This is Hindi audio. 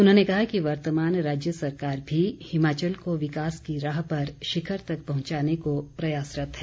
उन्होंने कहा कि वर्तमान राज्य सरकार भी हिमाचल को विकास की राह पर शिखर तक पहुंचाने को प्रयासरत है